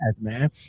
man